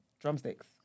Drumsticks